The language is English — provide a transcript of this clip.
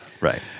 right